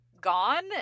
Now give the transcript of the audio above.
gone